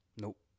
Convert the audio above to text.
Nope